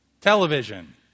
Television